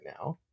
now